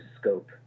scope